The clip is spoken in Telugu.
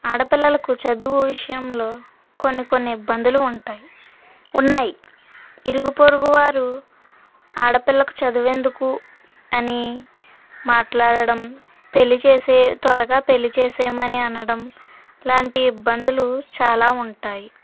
ఆడపిల్లలకు చదువు విషయంలో కొన్ని కొన్ని ఇబ్బందులు ఉంటాయి ఉన్నాయి ఇరుగు పొరుగు వారు ఆడపిల్లకు చదువు ఎందుకు అని మాట్లాడడం పెళ్ళి చేసే త్వరగా పెళ్ళి చేసేయమని అనడం లాంటి ఇబ్బందులు చాలా ఉంటాయి